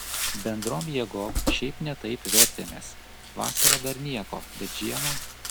bendrom jėgom šiaip ne taip vertėmės vasarą dar nieko bet žiemą